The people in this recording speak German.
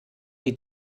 die